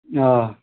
آ